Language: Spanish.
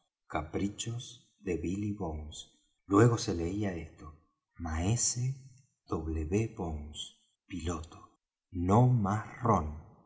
caprichos de billy bones luego se leía esto maese w bones piloto no más rom